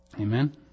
Amen